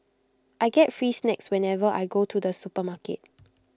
I get free snacks whenever I go to the supermarket